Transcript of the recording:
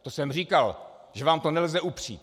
To jsem říkal, že vám to nelze upřít.